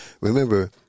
remember